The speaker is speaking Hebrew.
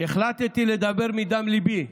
"החלטתי לדבר מדם ליבי.